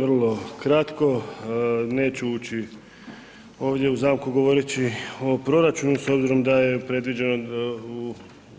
Vrlo kratko, neću ući ovdje u zamku govoreći o proračunu s obzirom da je predviđeno u